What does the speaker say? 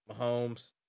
Mahomes